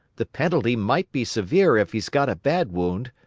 the penalty might be severe if he's got a bad wound.